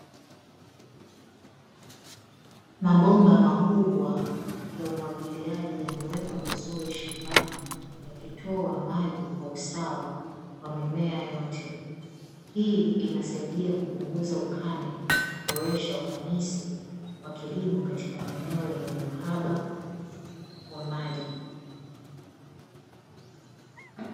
Mabomba makubwa ya umwagiliaji yamewekwa vizuri shambani yakitoa maji kwa usawa kwa mimea yote. Hii inasaidia kupunguza ukame na kuboresha ufanisi wa kilimo katika maeneo yenye uhaba wa maji.